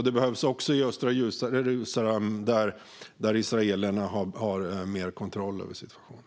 Det behövs också i östra Jerusalem, där israelerna har mer kontroll över situationen.